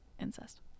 incest